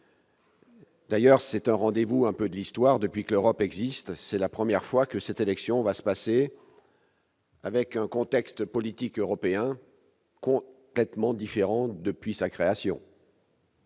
D'ailleurs, c'est un peu un rendez-vous de l'Histoire : depuis que l'Europe existe, c'est la première fois que cette élection va se passer dans un contexte politique européen complètement différent. Le Brexit